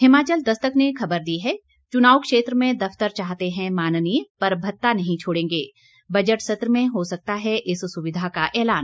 हिमाचल दस्तक ने खबर दी है चुनाव क्षेत्र में दफ्तर चाहते हैं माननीय पर भत्ता नहीं छोड़ंगे बजट सत्र में हो सकता है इस सुविधा का एलान